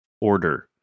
order